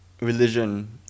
religion